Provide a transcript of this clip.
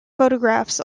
photographs